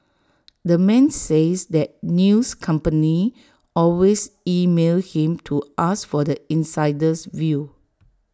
the man says that news companies always email him to ask for the insider's view